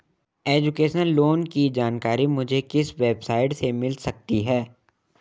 Education loan की जानकारी मुझे किस वेबसाइट से मिल सकती है?